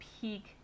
peak